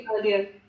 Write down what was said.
earlier